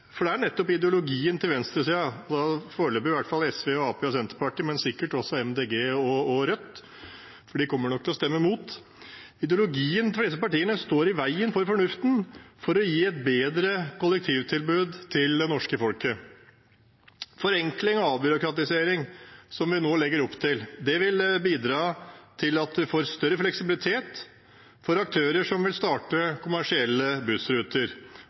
i hvert fall SV, Arbeiderpartiet og Senterpartiet foreløpig, men sikkert også Miljøpartiet De Grønne og Rødt, kommer nok til å stemme mot. Ideologien hos disse partiene står i veien for fornuften for å gi et bedre kollektivtilbud til det norske folk. Forenkling og avbyråkratisering, som vi nå legger opp til, vil bidra til at vi får større fleksibilitet for aktører som vil starte kommersielle bussruter.